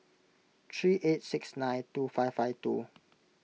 three eight six nine two five five two